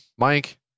Mike